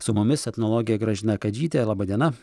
su mumis etnologė gražina kadžytė laba diena